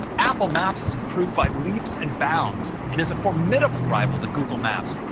apple maps has improved by leaps and bounds and is a formidable rival to google maps.